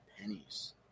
pennies